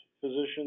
physicians